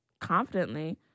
confidently